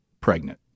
pregnant